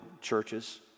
churches